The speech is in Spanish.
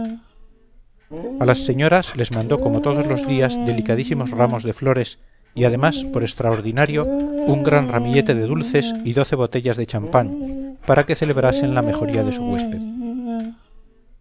a las señoras les mandó como todos los días delicadísimos ramos de flores y además por extraordinario un gran ramillete de dulces y doce botellas de champagne para que celebrasen la mejoría de su huésped